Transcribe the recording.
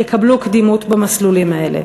יקבלו קדימות במסלולים האלה.